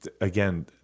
again